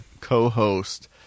co-host